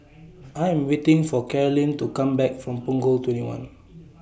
I Am waiting For Carolynn to Come Back from Punggol twenty one